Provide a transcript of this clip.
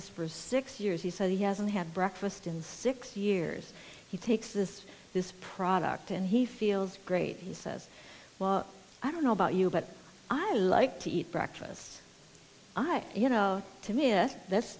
this for six years he said he hasn't had breakfast in six years he takes this this product and he feels great he says i don't know about you but i like to eat breakfast i you know to miss this that's